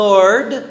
Lord